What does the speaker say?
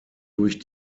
durch